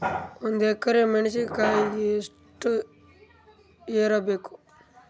ಒಂದ್ ಎಕರಿ ಮೆಣಸಿಕಾಯಿಗಿ ಎಷ್ಟ ಯೂರಿಯಬೇಕು?